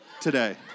today